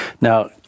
Now